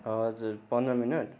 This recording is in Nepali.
हजुर पन्ध्र मिनट